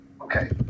Okay